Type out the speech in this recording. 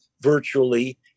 virtually